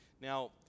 Now